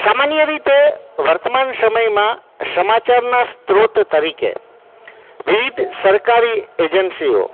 સામાન્ય રીતે વર્તમાન સમયમાં સમાચારના સ્ત્રોત તરીકે વિવિધ સરકારી એજન્સીઓ